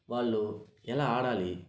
వాళ్ళు ఎలా ఆడాలి